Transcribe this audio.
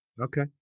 Okay